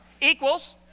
equals